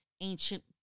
ancient